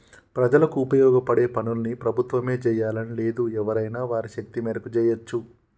ప్రజలకు ఉపయోగపడే పనుల్ని ప్రభుత్వమే జెయ్యాలని లేదు ఎవరైనా వారి శక్తి మేరకు జెయ్యచ్చు